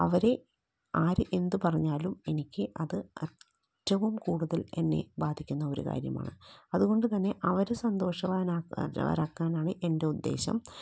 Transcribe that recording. അവരെ ആര് എന്ത് പറഞ്ഞാലും എനിക്ക് അത് ഏറ്റവും കൂടുതൽ എന്നെ ബാധിക്കുന്ന ഒരു കാര്യമാണ് അതുകൊണ്ടുതന്നെ അവർ സന്തോഷവാനാകുക വരാക്കുകയെന്നാണ് എൻ്റെ ഉദ്ദേശം